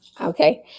Okay